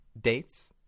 dates